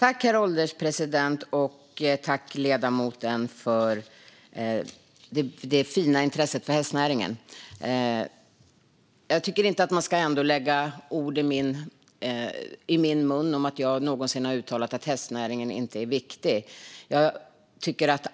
Herr ålderspresident! Tack, ledamoten, för det fina intresset för hästnäringen! Jag tycker ändå inte att man ska lägga ord i min mun om att jag någonsin har uttalat att hästnäringen inte är viktig.